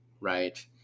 Right